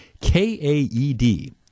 K-A-E-D